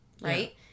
right